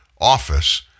office